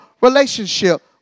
relationship